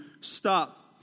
stop